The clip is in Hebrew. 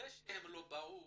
זה שהם לא באו